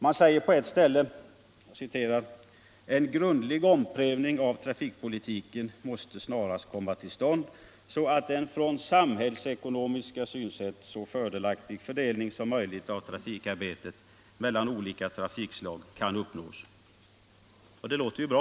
Man säger på ett ställe: ”En grundlig omprövning av trafikpoliuken måste enligt utskottets uppfattning snarast komma till stånd så att en från samhällsekonomiska synpunkter så fördelaktig fördelning som möjligt av trufikarbetet mellan olika trafikslag kan uppnås.” Det låter ju bra.